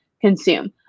consume